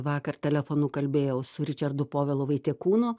vakar telefonu kalbėjau su ričardu povilu vaitekūnu